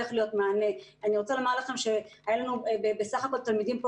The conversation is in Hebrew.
קודש ברמה גבוהה ומצד שני גם לימודי חול,